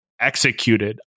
executed